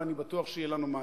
ואני בטוח שיהיה לנו מעניין,